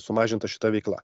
sumažinta šita veikla